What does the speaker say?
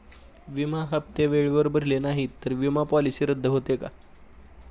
विमा हप्ते वेळेवर भरले नाहीत, तर विमा पॉलिसी रद्द होते का?